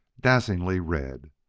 dazzlingly red!